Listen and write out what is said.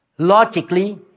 Logically